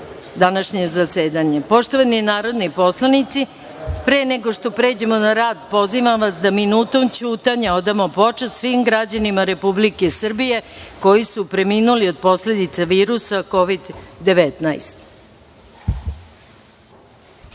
današnje zasedanje. Poštovani narodni poslanici, pre nego što pređemo na rad, pozivam vas da minutom ćutanja odamo počast svim građanima Republike Srbije koji su preminuli od posledica virusa Kovid